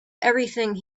everything